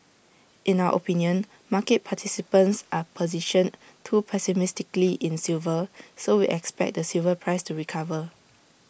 in our opinion market participants are positioned too pessimistically in silver so we expect the silver price to recover